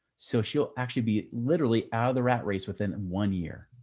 so she'll actually be literally out of the rat race within one year.